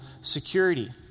security